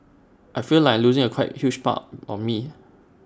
I feel like losing A quite huge part of me